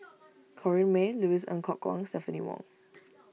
Corrinne May Louis Ng Kok Kwang Stephanie Wong